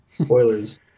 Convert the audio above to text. Spoilers